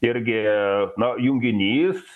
irgi na junginys